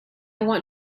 want